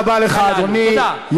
תודה רבה לך, אדוני.